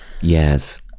Yes